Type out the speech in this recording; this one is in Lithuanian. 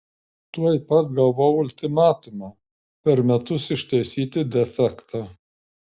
tuoj pat gavau ultimatumą per metus ištaisyti defektą